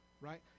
right